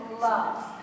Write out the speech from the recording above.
love